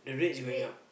the rate